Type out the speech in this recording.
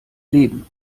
leben